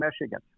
Michigan